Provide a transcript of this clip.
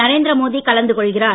நரேந்திரமோடி கலந்து கொள்கிறார்